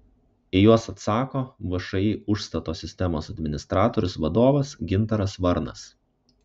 į juos atsako všį užstato sistemos administratorius vadovas gintaras varnas